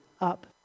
up